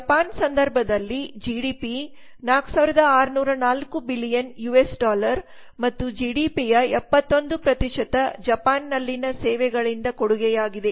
ಜಪಾನ್ನ ಸಂದರ್ಭದಲ್ಲಿ GDP 4604 billion US dollar ಮತ್ತು ಜಿಡಿಪಿಯ 71 ಜಪಾನ್ನಲ್ಲಿನ ಸೇವೆಗಳಿಂದ ಕೊಡುಗೆಯಾಗಿದೆ